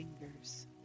fingers